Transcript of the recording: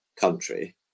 country